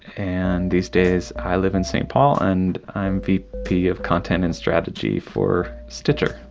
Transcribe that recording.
and these days i live in st. paul and i'm v p. of content and strategy for stitcher.